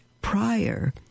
prior